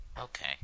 Okay